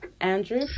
Andrew